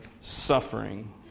suffering